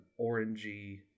orangey